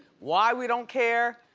why we don't care?